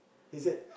he said